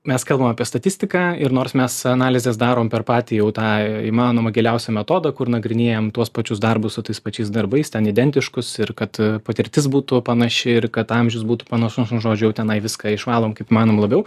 mes kalbam apie statistiką ir nors mes analizes darom per patį jau tą įmanomą giliausią metodą kur nagrinėjam tuos pačius darbus su tais pačiais darbais ten identiškus ir kad patirtis būtų panaši ir kad amžius būtų panašus nu žodžiu jau tenai viską išvalom kaip įmanoma labiau